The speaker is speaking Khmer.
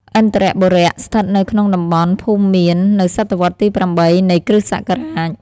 ឥន្ទ្របុរៈ ស្ថិតនៅក្នុងតំបន់ ភូមិមៀន នៅសតវត្សរ៍ទី៨ នៃគ្រិស្តសករាជ។